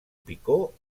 picó